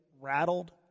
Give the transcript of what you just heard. rattled